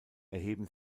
erheben